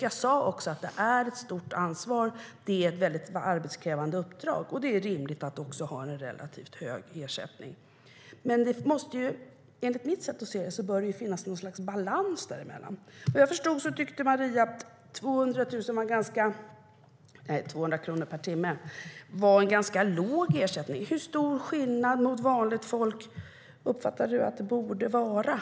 Jag sa att det är ett stort ansvar och ett väldigt arbetskrävande uppdrag, och det är rimligt att ha en relativt hög ersättning. Men enligt mitt sätt att se bör det finnas något slags balans däremellan.